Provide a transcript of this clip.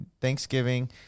Thanksgiving